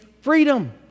freedom